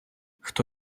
хто